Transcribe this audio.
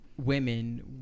women